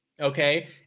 okay